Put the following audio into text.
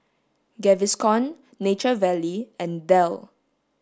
Gaviscon Nature Valley and Dell